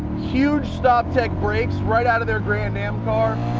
huge stoptech brakes right out of their grand-am car.